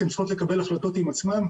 שהן צריכות לקבל החלטות עם עצמן,